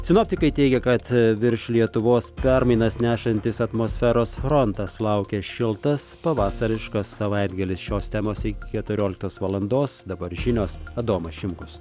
sinoptikai teigia kad virš lietuvos permainas nešantis atmosferos frontas laukia šiltas pavasariškas savaitgalis šios temos iki keturioliktos valandos dabar žinios adomas šimkus